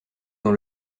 dans